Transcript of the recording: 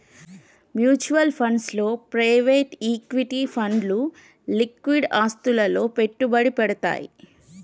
mutual funds లో private equity ఫండ్లు లిక్విడ్ ఆస్తులలో పెట్టుబడి పెడ్తయ్